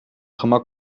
gemak